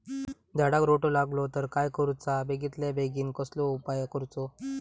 झाडाक रोटो लागलो तर काय करुचा बेगितल्या बेगीन कसलो उपाय करूचो?